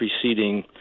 preceding